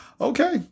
Okay